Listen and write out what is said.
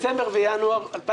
בדצמבר וינואר 2019,